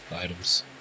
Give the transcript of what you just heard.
items